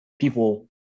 people